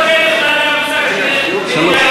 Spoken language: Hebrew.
אפשר לבטל בכלל את המושג של מדינה יהודית.